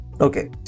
Okay